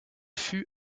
fut